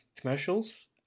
commercials